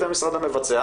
אתם המשרד המבצע.